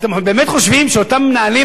אתם באמת חושבים שאותם מנהלים,